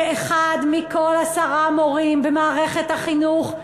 שאחד מכל עשרה מורים במערכת החינוך,